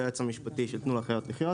היועץ המשפטי של תנו לחיות לחיות.